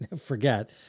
forget